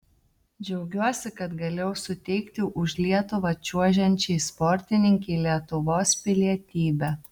džiaugiuosi kad galėjau suteikti už lietuvą čiuožiančiai sportininkei lietuvos pilietybę